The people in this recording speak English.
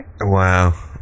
Wow